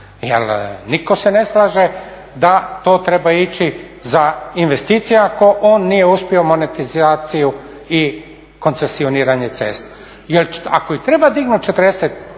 nitko se ne slaže da to treba ići za investicije ako on nije uspio monetizaciju i koncesioniranje cesta. Jer ako i treba dignut 40